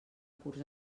curs